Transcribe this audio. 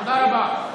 תודה רבה.